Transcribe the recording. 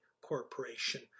Corporation